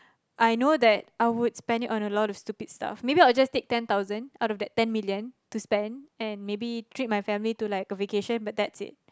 I know that I would spend it on a lot of stupid stuff maybe I would just take ten thousand out of that ten million to spend and maybe treat my family to like a vacation but that's it